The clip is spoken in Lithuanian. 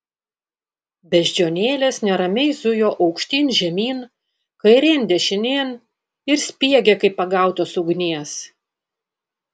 beždžionėlės neramiai zujo aukštyn žemyn kairėn dešinėn ir spiegė kaip pagautos ugnies